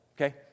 Okay